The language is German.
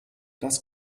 das